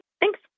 Thanks